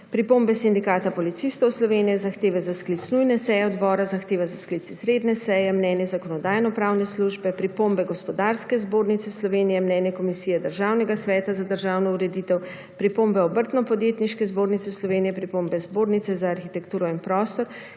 pripombe Sindikata policistov Slovenije, zahteva za sklic nujne seje odbora, zahteva za sklic izredne seje, mnenje Zakonodajno-pravne službe, pripombe Gospodarske zbornice Slovenije, mnenje Komisije Državnega sveta za državno ureditev, pripombe Obrtno-podjetniške zbornice Slovenije, pripombe Zbornice za arhitekturo in prostor